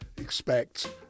expect